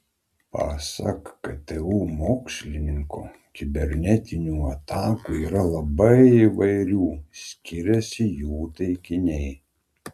pasak ktu mokslininko kibernetinių atakų yra labai įvairių skiriasi jų taikiniai